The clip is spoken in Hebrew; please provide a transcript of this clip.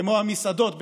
כמו המסעדות,